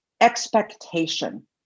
expectation